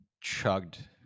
chugged